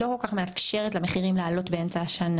כל כך מאפשרת למחירים לעלות באמצע השנה.